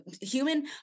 human